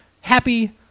happy